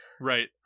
right